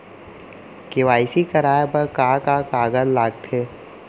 KYC कराये बर का का कागज लागथे?